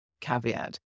caveat